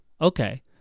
okay